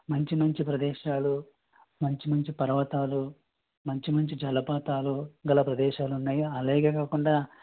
మంచి మంచి ప్రదేశాలు మంచి మంచి పర్వతాలు మంచి మంచి జలపాతాలు గల ప్రదేశాలు ఉన్నాయి అలాగే కాకుండా